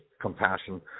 compassion